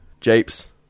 Japes